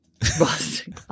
Boston